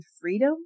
freedom